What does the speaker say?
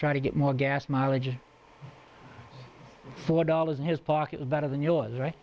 try to get more gas mileage four dollars in his pocket better than yours right